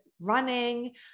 Running